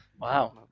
Wow